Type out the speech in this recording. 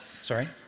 Sorry